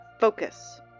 Focus